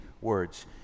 words